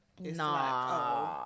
nah